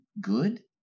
good